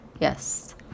Yes